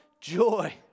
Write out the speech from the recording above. joy